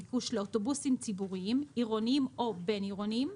ביקוש לאוטובוסים ציבוריים עירוניים או בין-עירוניים,